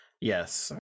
yes